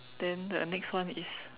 then the next one is